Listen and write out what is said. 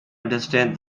understand